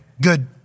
good